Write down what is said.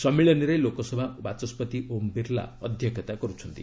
ସମ୍ମିଳନୀରେ ଲୋକସଭା ବାଚସ୍କତି ଓମ୍ ବିର୍ଲା ଅଧ୍ୟକ୍ଷତା କର୍ତ୍ଥନ୍ତି